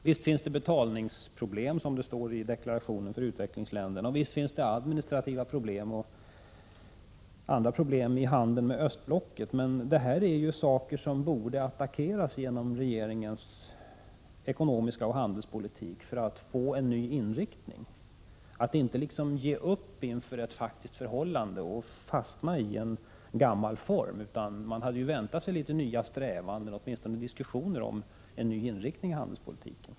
Visst finns det betalningsproblem för utvecklingsländerna, som det står i deklarationen, och visst finns det administrativa problem och andra problem i handeln med östblocket. Men det här är saker som borde attackeras genom regeringens ekonomiska politik och handelspolitik. Man får inte ge upp inför ett faktiskt förhållande och fastna i en gammal form. Jag hade väntat mig åtminstone några diskussioner om nya strävanden mot en ny inrikting av handelspolitiken.